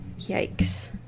Yikes